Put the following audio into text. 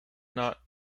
not